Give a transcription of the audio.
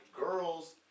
girls